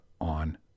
on